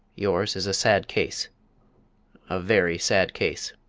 yours is a sad case a very sad case.